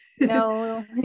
No